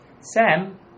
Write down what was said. Sam